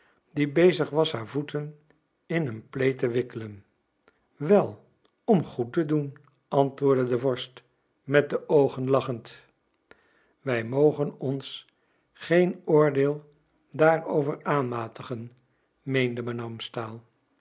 die bezig was haar voeten in een plaid te wikkelen wel om goed te doen antwoordde de vorst met de oogen lachend wij mogen ons geen oordeel daarover aanmatigen meende madame stahl